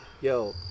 yo